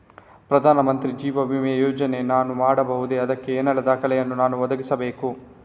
ಪ್ರಧಾನ ಮಂತ್ರಿ ಜೀವ ವಿಮೆ ಯೋಜನೆ ನಾನು ಮಾಡಬಹುದೇ, ಅದಕ್ಕೆ ಏನೆಲ್ಲ ದಾಖಲೆ ಯನ್ನು ನಾನು ಒದಗಿಸಬೇಕು?